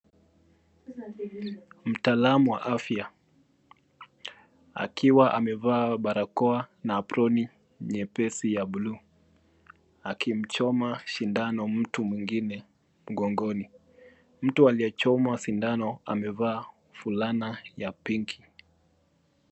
Mtaalamu wa afya akiwa amevaa barakoa na aproni nyepesi ya buluu akimchoma shindano mtu mwingine mgongoni. Mtu aliyechomwa sindano amevaa fulana ya pinki.